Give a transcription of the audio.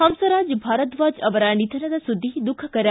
ಹಂಸರಾಜ್ ಭಾರದ್ವಾಜ್ ಅವರ ನಿಧನದ ಸುದ್ದಿ ದುಃಖಕರ